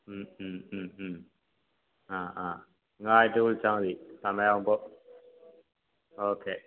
ആ ആ എന്നാൽ ആയിട്ട് വിളിച്ചാൽ മതി സമയമാകുമ്പോൾ ഓക്കെ